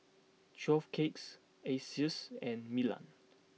twelve Cupcakes Asics and Milan